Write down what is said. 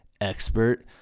expert